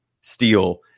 steel